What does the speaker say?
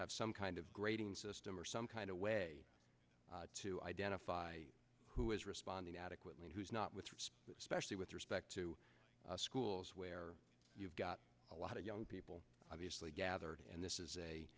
have some kind of grading system or some kind of way to identify who is responding adequately who's not which is especially with respect to schools where you've got a lot of young people obviously gathered and this is a